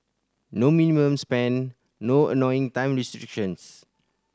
no minimum spend no annoying time restrictions